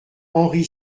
henri